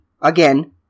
again